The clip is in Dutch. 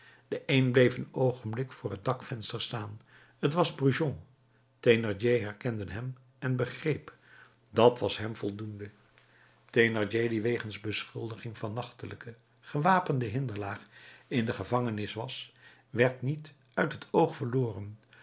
de een bleef een oogenblik voor het dakvenster staan t was brujon thénardier herkende hem en begreep dat was hem voldoende thénardier die wegens beschuldiging van nachtelijke gewapende hinderlaag in de gevangenis was werd niet uit het oog verloren